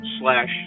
Slash